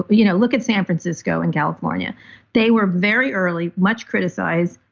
but you know look at san francisco and california they were very early, much criticized,